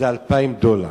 זה 2,000 דולר.